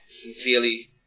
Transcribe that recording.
sincerely